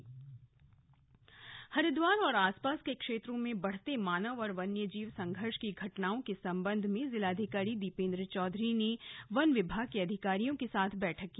बैठक हरिद्वार हरिद्वार और आसपास के क्षेत्रों में बढ़ते मानव वन्यजीव संघर्ष की घटनाओं के संबंध में जिलाधिकारी दीपेन्द्र चौधरी ने वन विभाग के अधिकारियों के साथ बैठक की